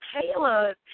Taylor